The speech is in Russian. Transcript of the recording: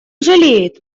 жалеет